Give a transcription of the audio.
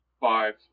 Five